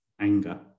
Anger